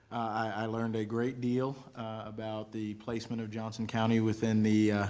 i learned a great deal about the placement of johnson county within the